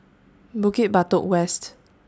Bukit Batok West